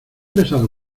besado